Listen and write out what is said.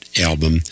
album